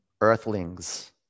earthlings